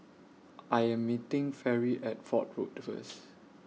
I Am meeting Fairy At Fort Road First